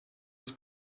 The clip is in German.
das